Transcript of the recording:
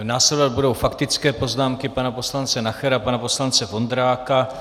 Následovat budou faktické poznámky pana poslance Nachera, pana poslance Vondráka.